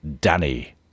Danny